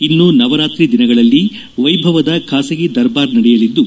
ಇನ್ನು ನವರಾತ್ರಿ ದಿನಗಳಲ್ಲಿ ವೈಭವದ ಖಾಸಗಿ ದರ್ಬಾರ್ ನಡೆಯಲಿದ್ದು